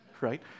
right